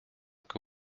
que